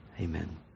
Amen